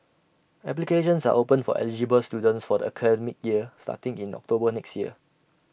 applications are open for eligible students for the academic year starting in October next year